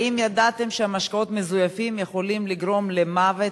האם ידעתם שמשקאות מזויפים יכולים לגרום למוות,